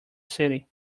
city